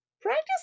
practice